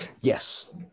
Yes